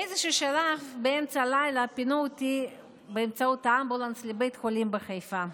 באיזשהו שלב באמצע הלילה פינו אותי באמבולנס לבית חולים בחיפה.